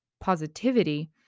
positivity